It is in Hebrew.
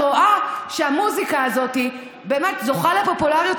את רואה שהמוזיקה הזאת זוכה לפופולריות